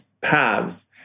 paths